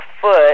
foot